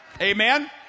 Amen